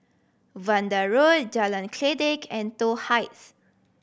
Vanda Road Jalan Kledek and Toh Heights